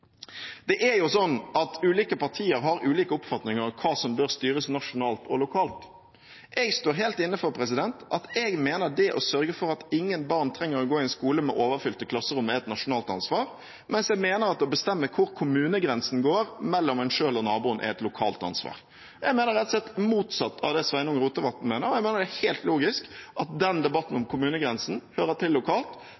Ulike partier har ulike oppfatninger om hva som bør styres nasjonalt, og hva som styres lokalt. Jeg står helt inne for at jeg mener at det å sørge for at ingen barn trenger å gå i en skole med overfylte klasserom, er et nasjonalt ansvar, mens jeg mener at å bestemme hvor kommunegrensen går – mellom en selv og naboen – er et lokalt ansvar. Jeg mener rett og slett det motsatte av det Sveinung Rotevatn mener. Jeg mener det er helt logisk at debatten om